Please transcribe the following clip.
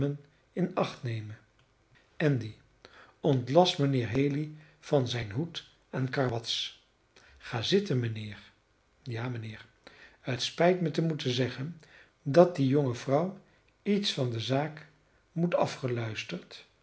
in acht nemen andy ontlast mijnheer haley van zijn hoed en karwats ga zitten mijnheer ja mijnheer het spijt mij te moeten zeggen dat die jonge vrouw iets van de zaak moet